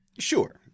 Sure